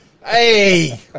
Hey